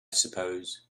suppose